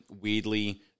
Weirdly